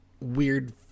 weird